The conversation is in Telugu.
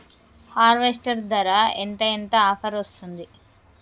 హార్వెస్టర్ ధర ఎంత ఎంత ఆఫర్ వస్తుంది?